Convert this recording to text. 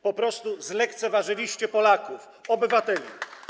Po prostu zlekceważyliście Polaków, obywateli.